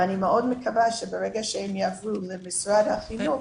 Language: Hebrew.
ואני מאוד מקווה שברגע שהם יעברו למשרד החינוך